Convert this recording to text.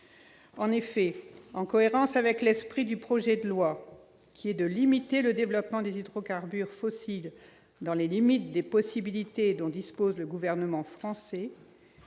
n° 88. En cohérence avec l'esprit du projet de loi, qui vise à restreindre le développement des hydrocarbures fossiles dans les limites des possibilités dont dispose le Gouvernement français,